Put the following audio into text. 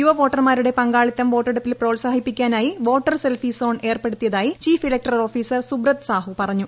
യുവ വോട്ടർമാരുടെ പങ്കാളിത്തം വോട്ടെടുപ്പിൽ പ്രോത്സാഹിപ്പിക്കാനായി വോട്ടർ സെൽഫി സോൺ ഏർപ്പെടുത്തിയതായി chief electoral officer Subrat Sahu പറഞ്ഞു